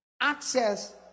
access